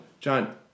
John